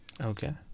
Okay